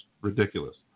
ridiculous